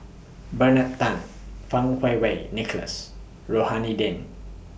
Bernard Tan Fang Kuo Wei Nicholas Rohani Din